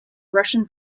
russian